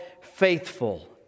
Faithful